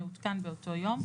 המעודכן באותו יום,